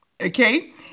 Okay